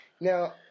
Now